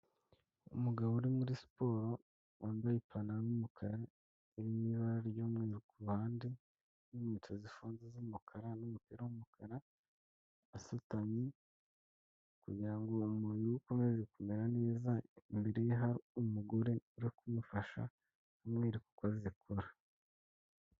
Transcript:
Umugabo uri muri siporo wambaye ipantaro y'umukara irimo ibara ry'umweru ku ruhande n'inkweto zifunze z'umukara n'umupira w'umukara asutamye, kugira ngo umubiri we ukomeze kumera neza, imbere ye hari umugore uri kumufasha amwereka uko azikora.